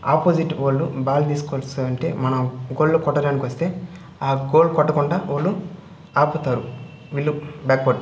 opposite వాళ్ళు ball తీసుకొస్తావుంటే మనం గోల్ కొట్టడానికొస్తే గోల్ కొట్టకుండా వాళ్ళు ఆపుతారు వీళ్ళు బ్యాక్వార్డ్